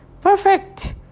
perfect